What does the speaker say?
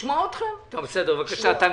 טמקין, בבקשה.